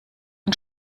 und